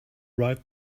right